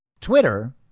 Twitter